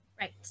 Right